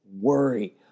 worry